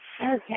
Okay